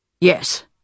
Yes